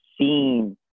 seen